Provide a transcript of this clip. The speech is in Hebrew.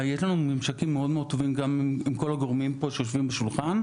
יש לנו ממשקים מאוד מאוד טובים גם עם כל הגורמים שיושבים פה בשולחן,